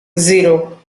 zero